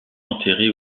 enterrée